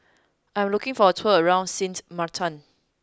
I am looking for a tour around Sint Maarten